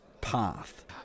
path